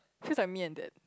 feels like me and that